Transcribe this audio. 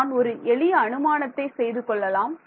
மாணவர் நான் ஒரு எளிய அனுமானத்தை செய்து கொள்ளலாம்